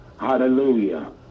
hallelujah